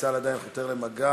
האם צה"ל עדיין חותר למגע?